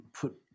put